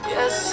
Yes